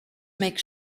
make